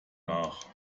nach